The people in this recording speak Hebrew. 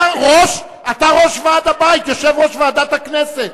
אתה ראש ועד הבית, יושב-ראש ועדת הכנסת.